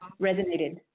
resonated